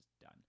done